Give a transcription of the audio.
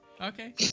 okay